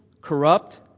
corrupt